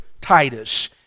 Titus